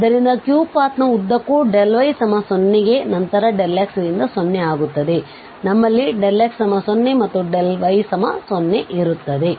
ಆದ್ದರಿಂದQ path ನ ಉದ್ದಕ್ಕೂ y 0ಗೆ ನಂತರ x ನಿಂದ 0 ಆಗುತ್ತದೆ ನಮ್ಮಲ್ಲಿ x 0ಮತ್ತು y 0 ಇರುತ್ತದೆ